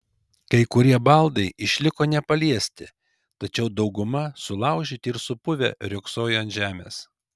kai kurie baldai išliko nepaliesti tačiau dauguma sulaužyti ir supuvę riogsojo ant žemės